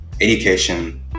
education